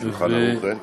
"שולחן ערוך" אין?